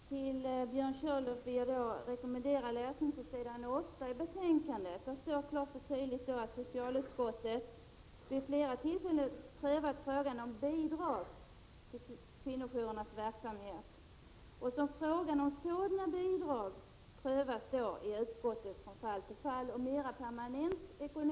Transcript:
Herr talman! Björn Körlof vill jag rekommendera att läsa på s. 8 i betänkandet, där det klart och tydligt står: ”Socialutskottet har vid flera tillfällen prövat frågan om bidrag till kvinnojourernas verksamhet. ——— Frågan om sådana bidrag får emellertid enligt utskottet prövas från fall till fall med hänsyn till andra aktuella utvecklingsprojekt.